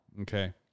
Okay